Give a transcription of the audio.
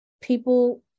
people